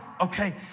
okay